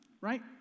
right